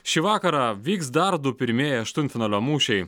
šį vakarą vyks dar du pirmieji aštuntfinalio mūšiai